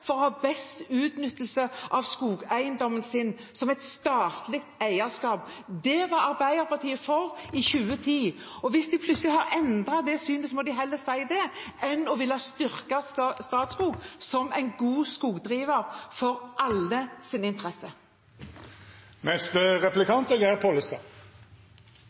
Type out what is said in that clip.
for å ha best utnyttelse av skogeiendommen sin som et statlig eierskap. Det var Arbeiderpartiet for i 2010, og hvis de plutselig har endret det synet, får de heller si det – fra å ville styrke Statskog som en god skogdriver, som er i alles interesse.